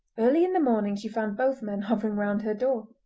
early in the morning she found both men hovering round her door.